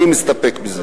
אני מסתפק בזה.